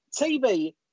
tv